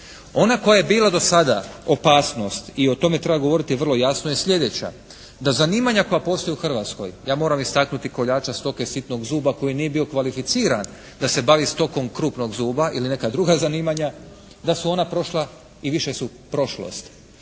Ona koja je bila do sada opasnost i o tome treba govoriti vrlo jasno je sljedeća, da zanimanja koja postoje u Hrvatskoj, ja moram istaknuti koljača stoke sitnog zuba koji nije bio kvalificiran da se bavi stokom krupnog zuba ili neka druga zanimanja, da su ona prošla i više su prošlost.